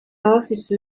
office